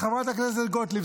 חברת הכנסת גוטליב,